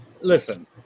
listen